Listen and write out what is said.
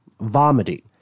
vomiting